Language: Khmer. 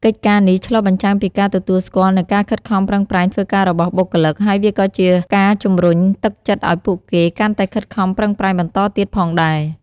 កិច្ចការនេះឆ្លុះបញ្ចាំងពីការទទួលស្គាល់នូវការខិតខំប្រឹងប្រែងធ្វើការរបស់បុគ្គលិក ហើយវាក៏ជាការជម្រុញទឹកចិត្តឱ្យពួកគេកាន់តែខិតខំប្រឹងប្រែងបន្តទៀតផងដែរ។